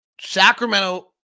Sacramento